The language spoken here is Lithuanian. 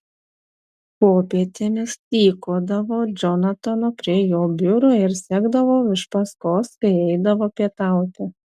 popietėmis tykodavau džonatano prie jo biuro ir sekdavau iš paskos kai eidavo pietauti